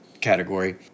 category